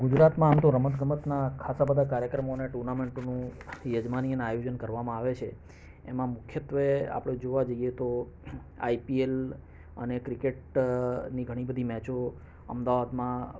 ગુજરાતમાં આમ તો રમત ગમતના ખાસા બધા કાર્યક્રમો અને ટુર્નામેન્ટોનું યજમાની અને આયોજન કરવામાં આવે છે એમા મુખ્યત્વે આપણે જોવા જઈએ તો આઇપીએલ અને ક્રિકેટની ઘણી બધી મેચો અમદાવાદમાં